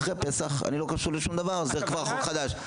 אחרי פסח, אני לא קשור לשום דבר, זה כבר חוק חדש.